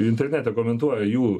internete komentuoja jų